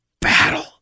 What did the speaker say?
battle